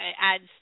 adds